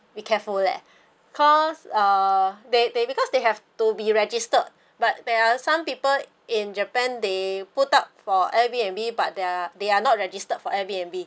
be careful leh cause uh they they because they have to be registered but there are some people in japan they put up for airbnb but they're they are not registered for airbnb